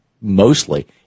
mostly